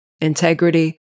integrity